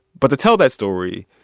but to tell that story,